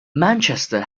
manchester